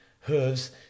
hooves